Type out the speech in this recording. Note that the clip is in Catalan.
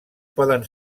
poden